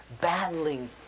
battling